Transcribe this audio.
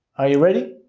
are you ready?